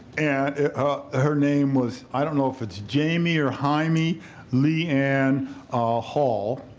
and her name was i don't know if it's jamie or hymie leigh and hall,